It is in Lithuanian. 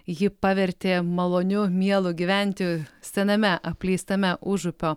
ji pavertė maloniu mielu gyventi sename apleistame užupio